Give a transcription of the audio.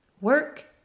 Work